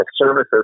services